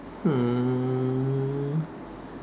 oh